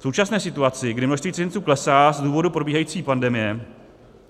V současné situaci, kdy množství cizinců klesá z důvodu probíhající pandemie